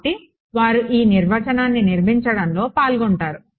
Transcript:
కాబట్టి వారు ఈ నిర్వచనాన్ని నిర్మించడంలో పాల్గొంటారు